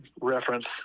reference